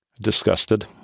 Disgusted